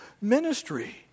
ministry